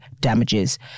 damages